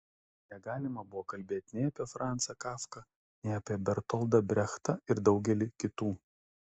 negalima buvo kalbėti nei apie franzą kafką nei apie bertoldą brechtą ir daugelį kitų